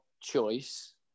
choice